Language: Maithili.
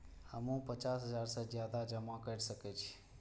हमू पचास हजार से ज्यादा जमा कर सके छी?